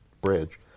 bridge